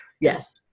Yes